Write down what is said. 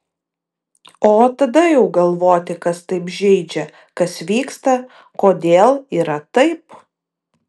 o tada jau galvoti kas taip žeidžia kas vyksta kodėl yra taip